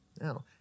No